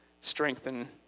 strengthen